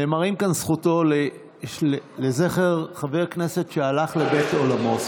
נאמרים כאן דברים לזכר חבר כנסת שהלך לבית עולמו,